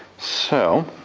so,